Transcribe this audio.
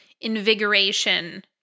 invigoration